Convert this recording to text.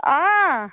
অঁ